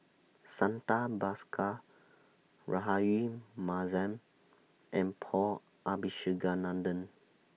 Santha Bhaskar Rahayu Mahzam and Paul Abisheganaden